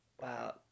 Wow